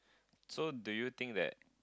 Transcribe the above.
so do you think that